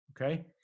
Okay